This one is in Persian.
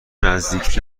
نزدیک